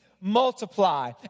multiply